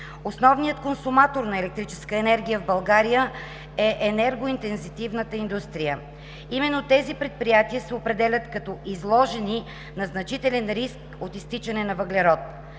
Основният консуматор на електрическа енергия в България е енергоинтензивната индустрия. Именно тези предприятия се определят като „изложени на значителен риск от изтичане на въглерод“.